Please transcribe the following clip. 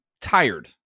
tired